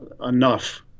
enough